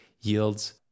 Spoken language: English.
yields